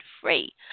free